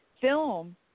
film